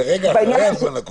זה רגע אחרי הזמן הקובע.